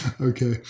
Okay